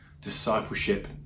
discipleship